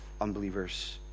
unbelievers